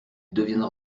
deviendra